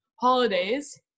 holidays